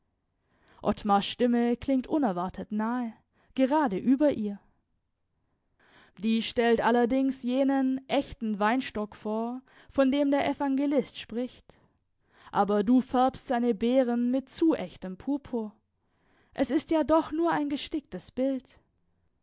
ottmars stimme klingt unerwartet nahe gerade über ihr dies stellt allerdings jenen echten weinstock vor von dem der evangelist spricht aber du färbst seine beeren mit zu echtem purpur es ist ja doch nur ein gesticktes bild